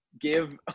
give